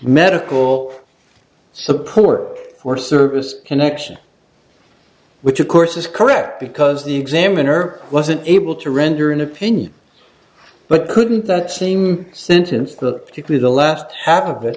medical support or service connection which of course is correct because the examiner wasn't able to render an opinion but couldn't the same sentence the particular the last half of it